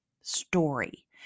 story